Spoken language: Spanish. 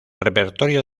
repertorio